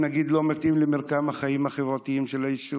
נגיד לא מתאימה למרקם החיים החברתיים של היישוב?